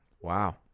Wow